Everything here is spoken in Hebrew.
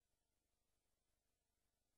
רוב האשכולות מ-1 3 הם אותם תושבי פריפריה בדרום,